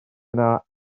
yna